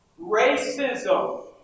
Racism